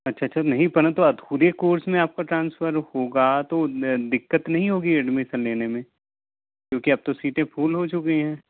अच्छा अच्छा नहीं परंतु आप ख़ुद ही कोर्स में आपका ट्रांसफ़र होगा तो दिक्कत नहीं होगी एडमिशन लेने में क्योंकि अब तो सीटें फ़ुल हो चुकी है